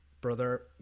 brother